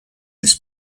this